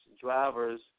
drivers